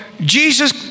Jesus